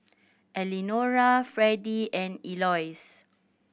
Elenora Fredy and Eloise